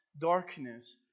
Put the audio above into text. darkness